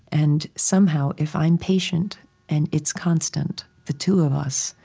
and somehow, if i'm patient and it's constant, the two of us,